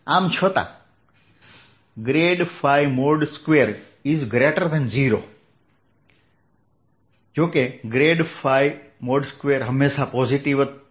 આમ છતાં 20 જો કે 2 હંમેશા પોઝિટિવ હોય છે